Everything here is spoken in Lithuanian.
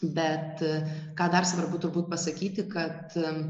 bet ką dar svarbu turbūt pasakyti kad